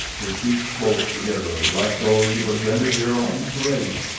his feet close together like those of a grenadier on parade,